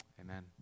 Amen